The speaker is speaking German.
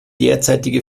derzeitige